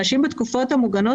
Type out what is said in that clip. הנשים בתקופות המוגנות,